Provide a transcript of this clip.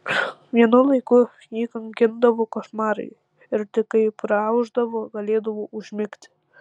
vienu laiku jį kankindavo košmarai ir tik kai praaušdavo galėdavo užmigti